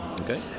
Okay